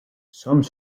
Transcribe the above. some